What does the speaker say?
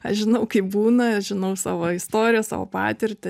aš žinau kaip būna žinau savo istoriją savo patirtį